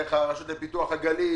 דרך הרשות לפיתוח הגליל,